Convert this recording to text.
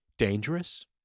Dangerous